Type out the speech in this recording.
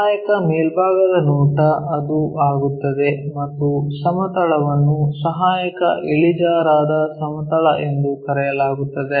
ಸಹಾಯಕ ಮೇಲ್ಭಾಗದ ನೋಟ ಅದು ಆಗುತ್ತದೆ ಮತ್ತು ಸಮತಲವನ್ನು ಸಹಾಯಕ ಇಳಿಜಾರಾದ ಸಮತಲ ಎಂದು ಕರೆಯಲಾಗುತ್ತದೆ